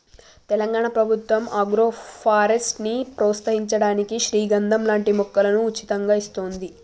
తెలంగాణ ప్రభుత్వం ఆగ్రోఫారెస్ట్ ని ప్రోత్సహించడానికి శ్రీగంధం లాంటి మొక్కలను ఉచితంగా ఇస్తోంది